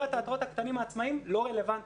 התיאטראות הקטנים העצמאיים לא רלוונטיים,